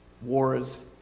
wars